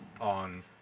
on